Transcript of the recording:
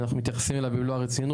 ואנחנו מתייחסים אליו במלוא הרצינות.